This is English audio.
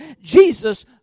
Jesus